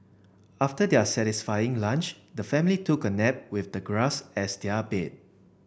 after their satisfying lunch the family took a nap with the grass as their bed